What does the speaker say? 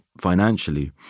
financially